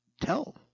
tell